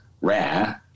rare